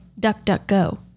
DuckDuckGo